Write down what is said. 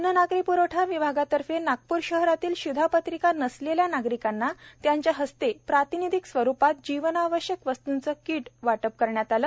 अन्न नागरी प्रवठा विभागातर्फे नागपूर शहरातील शिधापत्रिका नसलेल्या नागरिकांना त्यांच्या हस्ते प्रातिनिधक स्वरुपात जीवनावश्यक वस्तूचे किट वाटप करण्यात आले